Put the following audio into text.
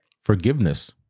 Forgiveness